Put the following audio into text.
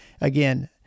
again